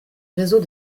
réseau